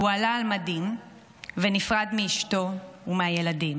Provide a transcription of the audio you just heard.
הוא עלה על מדים ונפרד מאשתו ומהילדים.